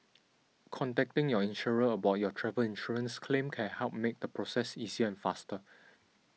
contacting your insurer about your travel insurance claim can help make the process easier and faster